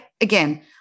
again